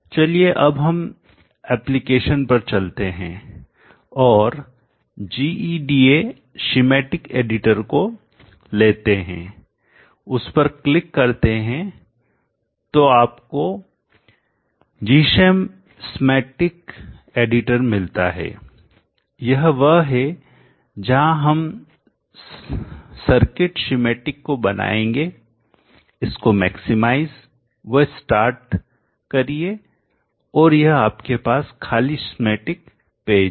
चलिए अब हम एप्लीकेशन पर चलते हैं और GEDA schematic एडिटर को लेते हैं उस पर क्लिक करते हैं तो आपको gichem schematic एडिटर मिलता है यह वह है जहां हम सर्किट schematic को बनाएंगे इसको मैक्सिमाइज व स्टार्ट करिए और यह आपके पास खाली schematic पेज है